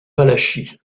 valachie